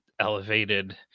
elevated